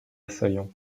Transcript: assaillants